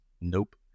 nope